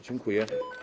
Dziękuję.